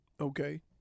okay